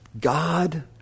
God